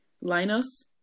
Linus